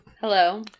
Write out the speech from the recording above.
Hello